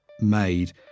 made